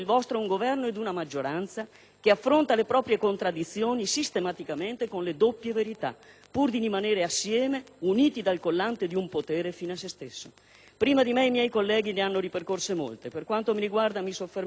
affrontano le proprie contraddizioni sistematicamente con le doppie verità, pur di rimanere assieme, uniti dal collante di un potere fine a se stesso. Prima di me i miei colleghi ne hanno ripercorse molte. Per quanto mi riguarda mi soffermerò, a questo punto, solo su due temi